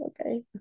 okay